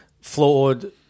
flawed